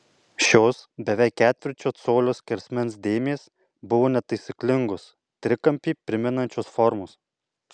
šios beveik ketvirčio colio skersmens dėmės buvo netaisyklingos trikampį primenančios formos